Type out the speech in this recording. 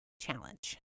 challenge